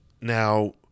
Now